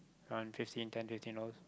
around fifteen ten fifteen hours